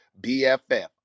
BFF